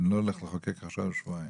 אני לא הולך לחוקק עכשיו לשבועיים.